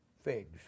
figs